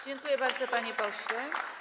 Dziękuję bardzo, panie pośle.